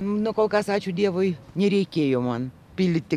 nu kol kas ačiū dievui nereikėjo man pildyti